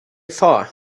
far